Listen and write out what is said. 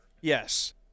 Yes